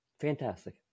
fantastic